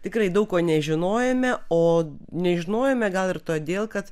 tikrai daug ko nežinojome o nežinojome gal ir todėl kad